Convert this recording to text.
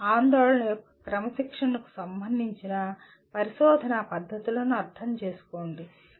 ఆందోళన యొక్క క్రమశిక్షణకు సంబంధించిన పరిశోధనా పద్ధతులను అర్థం చేసుకోండి